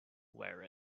wear